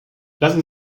lassen